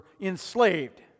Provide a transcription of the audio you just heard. enslaved